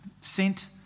sent